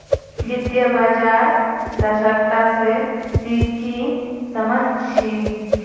वित्तीय बाजार दक्षता स ती की सम झ छि